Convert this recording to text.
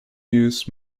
use